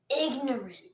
ignorant